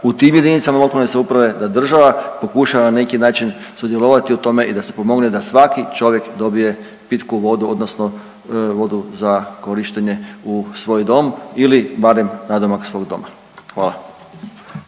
u tim jedinicama lokalne samouprave da država pokuša na neki način sudjelovati u tome i da se pomogne da svaki čovjek dobije pitku vodu, odnosno vodu za korištenje u svoj dom ili barem nadomak svog doma.